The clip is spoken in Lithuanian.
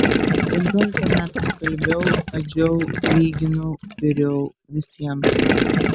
penkiolika metų skalbiau adžiau lyginau viriau visiems